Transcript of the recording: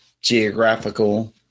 geographical